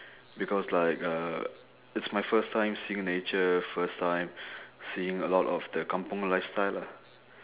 because like uh it's my first time seeing nature first time seeing a lot of the kampung lifestyle lah